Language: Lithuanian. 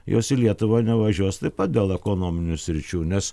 jos į lietuvą nevažiuos taip pat dėl ekonominių sričių nes